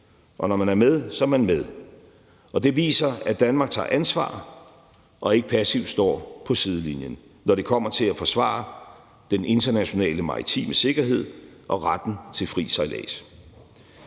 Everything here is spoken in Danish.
og når man er med, er man med. Det viser, at Danmark tager ansvar og ikke passivt står på sidelinjen, når det kommer til at forsvare den internationale maritime sikkerhed og retten til fri sejlads.